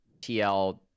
TL